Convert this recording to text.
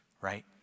right